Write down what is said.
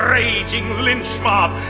raging lynch mob.